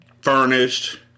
furnished